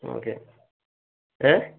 okay ഏ